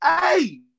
Hey